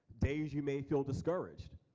days you may feel discouraged,